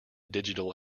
digital